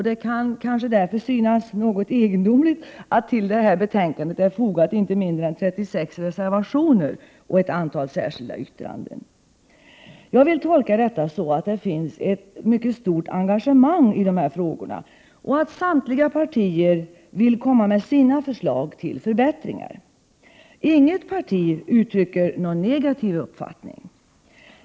Det kan kanske därför synas något egendomligt att det till detta betänkande är fogat inte mindre än 36 reservationer och ett antal särskilda yttranden. Jag vill tolka detta så, att det finns ett mycket stort engagemang i dessa frågor och att samtliga partier vill bidra med sina förslag till förbättringar. Inget parti uttrycker någon negativ uppfattning.